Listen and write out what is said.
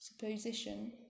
Supposition